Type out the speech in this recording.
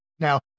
Now